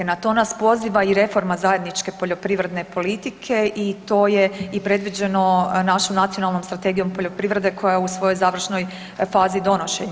Na to nas poziva i reforma zajedničke poljoprivredne politike i to je predviđeno našom nacionalnom Strategijom poljoprivrede koja je u svojoj završnoj fazi donošenja.